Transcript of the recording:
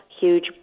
huge